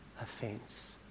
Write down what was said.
offense